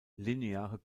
lineare